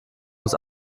muss